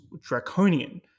draconian